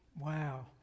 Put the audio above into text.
Wow